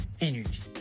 energy